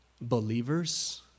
believers